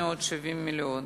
870 מיליון